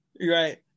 right